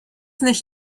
nicht